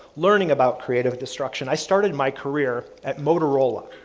learning about creative destruction. i started my career at motorola.